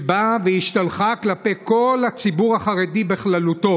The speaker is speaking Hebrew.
שבאה והשתלחה בכל הציבור החרדי בכללותו